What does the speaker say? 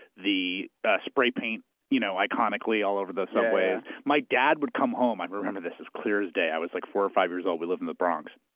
the ah spray paint you know iconically all over the subways. my dad would come home. i remember this as clear as day. i was like four or five-years-old. we lived in the bronx.